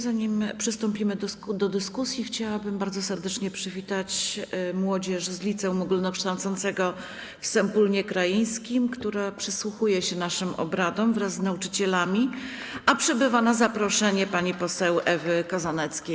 Zanim przystąpimy do dyskusji, chciałabym bardzo serdecznie przywitać młodzież z liceum ogólnokształcącego w Sępólnie Krajeńskim, która przysłuchuje się naszym obradom wraz z nauczycielami, a przybywa na zaproszenie pani poseł Ewy Kozaneckiej.